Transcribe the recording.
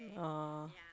oh